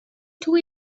two